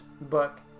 book